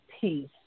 peace